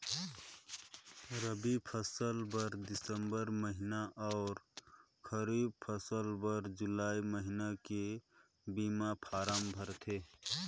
रबी फसिल बर दिसंबर महिना में अउ खरीब फसिल बर जुलाई महिना में बीमा फारम भराथे